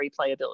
replayability